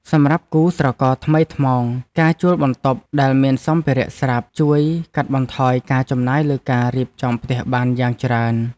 សម្រាប់គូស្រករថ្មីថ្មោងការជួលបន្ទប់ដែលមានសម្ភារៈស្រាប់ជួយកាត់បន្ថយការចំណាយលើការរៀបចំផ្ទះបានយ៉ាងច្រើន។